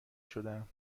شدهام